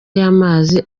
y’amazi